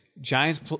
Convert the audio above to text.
Giants